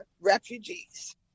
refugees